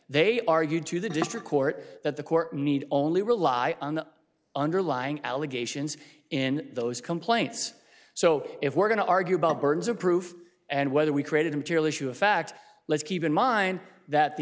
they argued to the district court that the court need only rely on the underlying allegations in those complaints so if we're going to argue about burdens of proof and whether we created a material issue of fact let's keep in mind that the